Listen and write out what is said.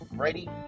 Ready